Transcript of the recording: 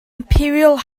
imperial